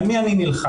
על מי אני נלחם?